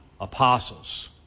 apostles